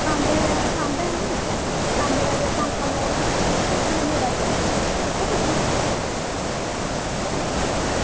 सांबे सांबै ऐ नी सांबा दे अग्गें स्वांखा मोड़ ऐ उत्थें गै मेरा क्लीनिक ऐ उत्थें पुज्जी जाओ